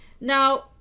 Now